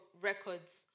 records